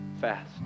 fast